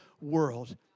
world